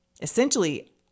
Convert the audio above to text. essentially